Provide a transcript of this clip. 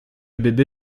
bébé